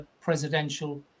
presidential